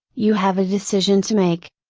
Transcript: you have a decision to make.